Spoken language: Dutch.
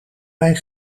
mijn